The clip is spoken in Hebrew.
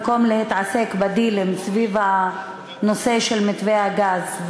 במקום להתעסק בדילים סביב הנושא של מתווה הגז,